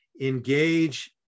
engage